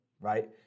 Right